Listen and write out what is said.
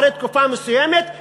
אחרי תקופה מסוימת,